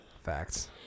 Facts